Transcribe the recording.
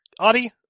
Audie